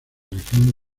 legión